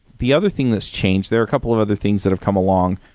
the other thing that's changed, there are a couple of other things that have come along.